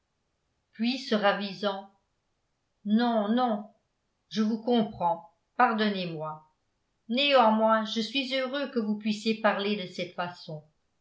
puis se ravisant non non je vous comprends pardonnez-moi néanmoins je suis heureux que vous puissiez parler de cette façon